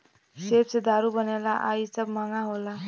सेब से दारू बनेला आ इ सब महंगा होला